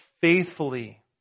faithfully